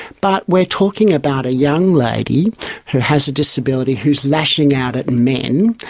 but we are talking about a young lady who has a disability, who is lashing out at men,